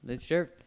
Sure